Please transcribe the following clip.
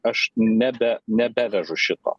aš nebe nebevežu šito